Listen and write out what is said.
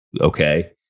okay